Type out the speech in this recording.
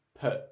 put